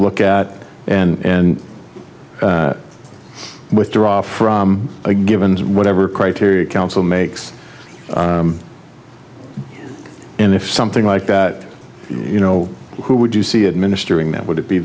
look at and withdraw from a given whatever criteria council makes and if something like that you know who would you see administering that would it be